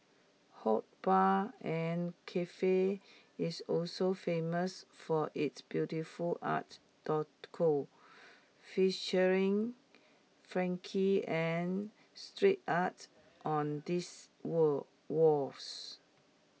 hood bar and Cafe is also famous for its beautiful art featuring funky and street art on this wall walls